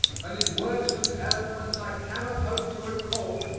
and, in words whose eloquence i cannot hope to recall,